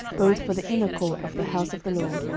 both for the inner court of the house of the lord,